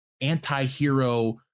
anti-hero